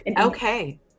Okay